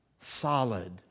solid